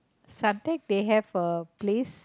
Suntec they have a place